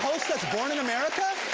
born in america?